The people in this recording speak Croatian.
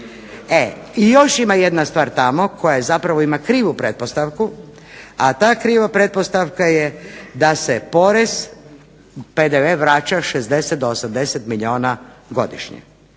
E i još ima jedna stvar tamo koja zapravo ima krivu pretpostavku, a ta kriva pretpostavka je da se porez, PDV vraća 60 do 80 milijuna godišnje.